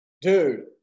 Dude